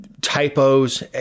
typos